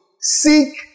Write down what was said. seek